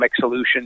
solutions